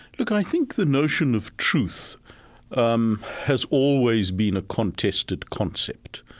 look, i think the notion of truth um has always been a contested concept.